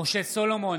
משה סולומון,